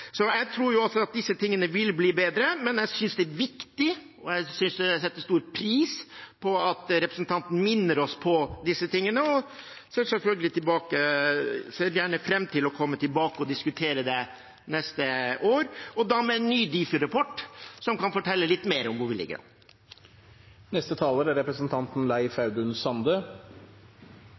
Jeg tror disse tingene vil bli bedre, men jeg synes det er viktig – og setter stor pris på – at representanten Vågslid minner oss om dette. Jeg ser fram til å komme tilbake for å diskutere det neste år – da med en ny Difi-rapport, som kan fortelle litt mer om hvordan vi ligger an. Eit av dei områda som politiet har hatt store problem med å handtere, er